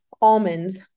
almonds